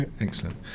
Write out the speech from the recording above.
Excellent